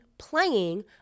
playing